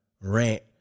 Rant